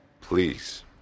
Please